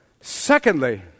Secondly